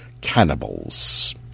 cannibals